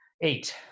Eight